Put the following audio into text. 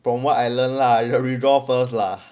from what I learn lah ya withdraw first lah